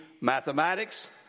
mathematics